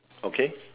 okay